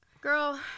Girl